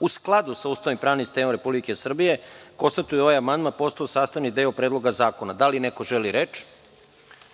u skladu sa Ustavom i pravnim sistemom Republike Srbije, konstatujem da je ovaj amandman postao sastavni deo Predloga zakona. Da li neko želi reč?